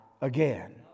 again